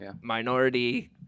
minority